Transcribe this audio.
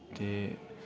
ते